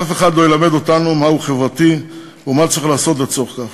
אף אחד לא ילמד אותנו מהו "חברתי" ומה צריך לעשות לצורך זה.